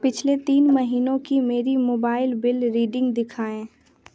पिछले तीन महीनों की मेरी मोबाइल बिल रीडिंग दिखाएँ